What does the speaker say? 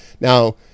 Now